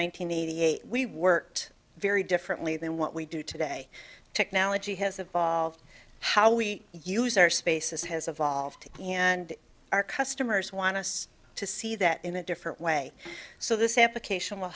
hundred eighty we worked very differently than what we do today technology has evolved how we use our spaces has evolved and our customers want us to see that in a different way so this application will